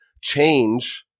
Change